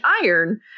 iron